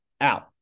out